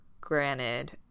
granted